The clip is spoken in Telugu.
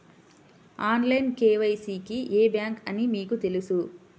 ఆన్లైన్ కే.వై.సి కి ఏ బ్యాంక్ అని మీకు తెలుసా?